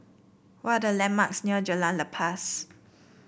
what are the landmarks near Jalan Lepas